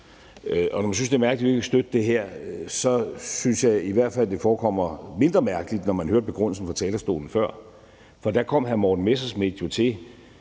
Når man synes, det er mærkeligt, at vi ikke vil støtte det her, så synes jeg i hvert fald, at det forekommer mindre mærkeligt efter at have hørt begrundelsen fra talerstolen før. For da kom hr. Morten Messerschmidt jo